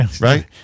right